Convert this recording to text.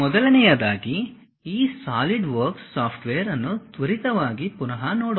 ಮೊದಲನೆಯದಾಗಿ ಈ SolidWorks software ಅನ್ನು ತ್ವರಿತವಾಗಿ ಪುನಃ ನೋಡೋಣ